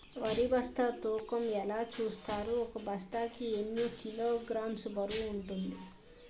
వరి బస్తా తూకం ఎలా చూస్తారు? ఒక బస్తా కి ఎన్ని కిలోగ్రామ్స్ బరువు వుంటుంది?